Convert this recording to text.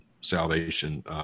salvation